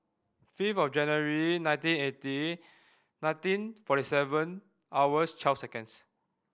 fifth of January nineteen eighty nineteen forty seven hours twelve seconds